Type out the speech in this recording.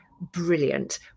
brilliant